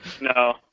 No